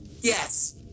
yes